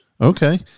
Okay